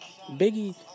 Biggie